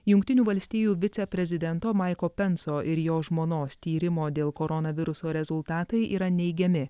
jungtinių valstijų viceprezidento maiko penso ir jo žmonos tyrimo dėl koronaviruso rezultatai yra neigiami